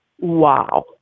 wow